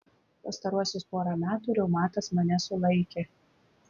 pastaruosius porą metų reumatas mane sulaikė